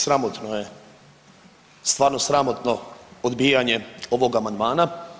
Sramotno je stvarno sramotno odbijanje ovog amandmana.